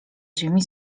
ziemi